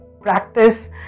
practice